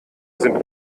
sind